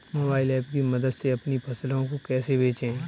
Mobile app की मदद से अपनी फसलों को कैसे बेचें?